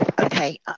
Okay